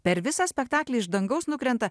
per visą spektaklį iš dangaus nukrenta